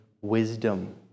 wisdom